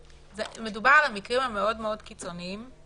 מדובר על המקרים המאוד מאוד קיצוניים,